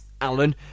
Alan